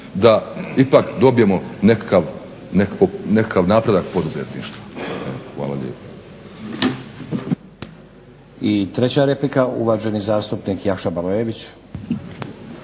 da ipak dobijemo nekakav napredak poduzetništva. Hvala lijepa.